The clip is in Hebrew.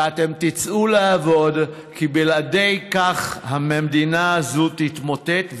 ואתם תצאו לעבוד, כי בלעדי זה המדינה הזאת תתמוטט.